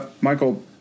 michael